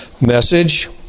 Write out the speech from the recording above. message